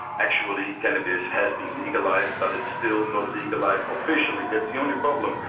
actually cannabis has been legalised but it's still not legalised officially, that's the only problem,